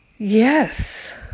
Yes